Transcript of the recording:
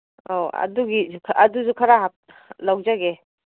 ꯑꯧ ꯑꯗꯨꯁꯨ ꯈꯔ ꯂꯧꯖꯒꯦ